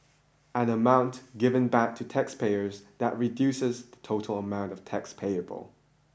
an amount given back to taxpayers that reduces the total amount of tax payable